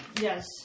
Yes